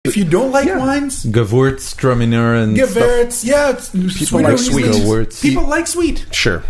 אם לא אוהבים מין, גוורץ, קרמינר, גוורץ, כן, אנשים אוהבים מתוק, אנשים אוהבים מתוק, בטח